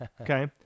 Okay